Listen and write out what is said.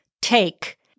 take